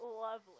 Lovely